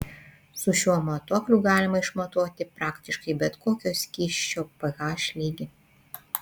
su šiuo matuokliu galima išmatuoti praktiškai bet kokio skysčio ph lygį